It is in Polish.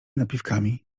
napiwkami